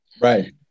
Right